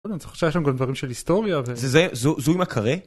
שהיה שם דברים של היסטוריה. -וזה, זו, זו עם הקארה.